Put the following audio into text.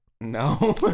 No